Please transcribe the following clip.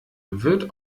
wird